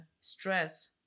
stress